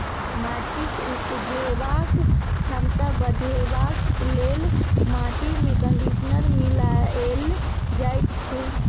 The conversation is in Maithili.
माटिक उपजेबाक क्षमता बढ़ेबाक लेल माटिमे कंडीशनर मिलाएल जाइत छै